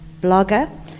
blogger